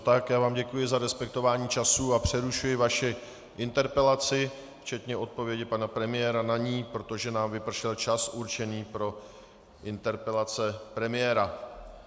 Já vám děkuji za respektování času a přerušuji vaši interpelaci včetně odpovědi pana premiéra na ni, protože nám vypršel čas určený pro interpelace premiéra.